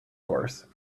course